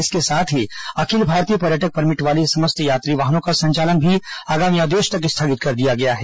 इसके साथ ही अखिल भारतीय पर्यटक परमिट वाली समस्त यात्री वाहनों का संचालन भी आगामी आदेश तक स्थगित कर दिया गया है